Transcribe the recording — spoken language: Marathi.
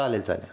चालेल चालेल